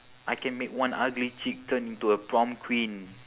I can make one ugly chick turn into a prom queen